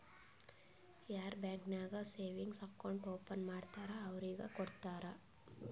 ಯಾರ್ ಬ್ಯಾಂಕ್ ನಾಗ್ savings account open ಮಾಡ್ತಾರ್ ಅವ್ರಿಗ ಕೊಡ್ತಾರ್